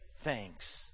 thanks